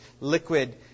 liquid